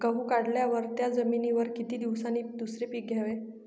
गहू काढल्यावर त्या जमिनीवर किती दिवसांनी दुसरे पीक घ्यावे?